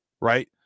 right